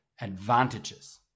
advantages